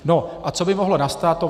No a co by mohlo nastat?